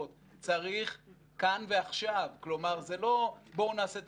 צריך כאן ועכשיו, זה לא: בואו נעשה דיון.